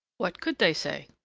what could they say?